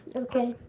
yeah okay